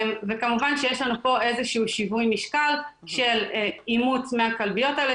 כמובן שיש לנו פה איזה שהוא שיווי משקל של אימוץ מהכלביות האלה,